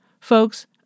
Folks